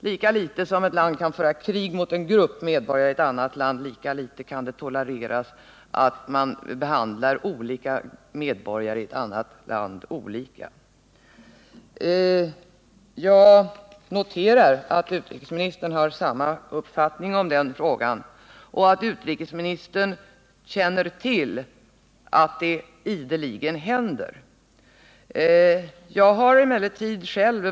Lika litet som ett land kan föra krig mot en grupp medborgare i ett annat land, lika litet kan ett land tolerera att ett annat land behandlar olika medborgare i landet olika. Jag noterar att utrikesministern har samma uppfattning sonv jag i den frågan och att utrikesministern känner till att det ideligen händer att svenska medborgare avvisas.